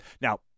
Now